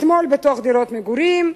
אתמול בתוך דירות מגורים,